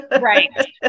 Right